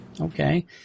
Okay